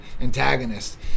antagonist